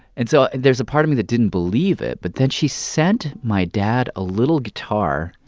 and so there's a part of me that didn't believe it, but then she sent my dad a little guitar.